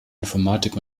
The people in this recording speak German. informatik